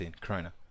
corona